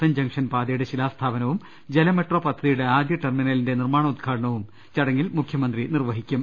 N junction പാതയുടെ ശിലാസ്ഥാപനവും ജലമെട്രോ പദ്ധതിയുടെ ആദ്യ ടെർമിനലിന്റെ നിർമ്മാണോദ്ഘാ ടനവും ചടങ്ങിൽ മുഖ്യമന്ത്രി നിർവഹിക്കും